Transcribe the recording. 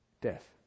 Death